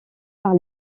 par